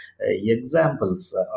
examples